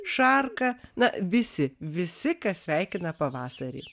šarka na visi visi kas sveikina pavasarį